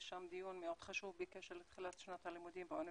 יש שם דיון מאוד חשוב בקשר לתחילת שנת הלימודים באוניברסיטאות.